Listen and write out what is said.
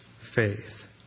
faith